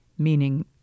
meaning